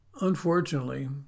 Unfortunately